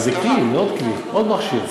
זה עוד כלי, עוד מכשיר.